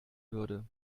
würde